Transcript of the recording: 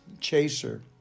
chaser